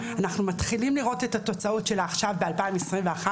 אנחנו מתחילים לראות את התוצאות שלה עכשיו ב-2021.